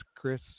Chris